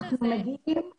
אנחנו מגיעים